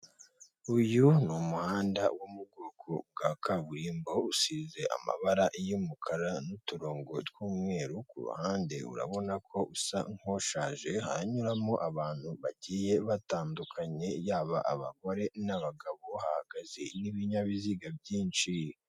Uyu ni umuhanda wo mu bwoko bwa kaburimbo usize amabara y'umukara n'uturongo tw'umweru, ku ruhande urabona ko usa nk'shaje hanyuramo abantu bagiye batandukanye yaba abagore n'abagabo hahagaze n'ibinyabiziga byinshi.